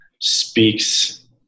speaks